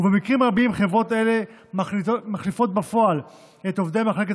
ובמקרים רבים חברות אלה מחליפות בפועל את עובדי מחלקת